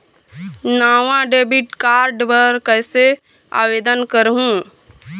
नावा debit card बर कैसे आवेदन करहूं?